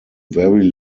very